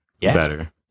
better